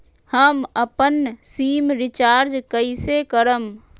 हम अपन SIM recharge कइसे करम?